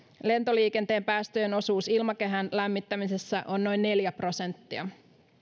lentoliikenteen päästöjen osuus ilmakehän lämmittämisessä on noin neljä prosenttia